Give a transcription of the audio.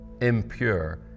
impure